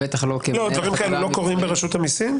בטח לא כמנהל --- דברים כאלו לא קורים ברשות המסים?